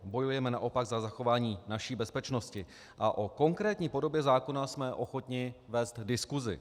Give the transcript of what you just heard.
Bojujeme naopak za zachování naší bezpečnosti a o konkrétní podobě zákona jsme ochotni vést diskusi.